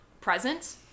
present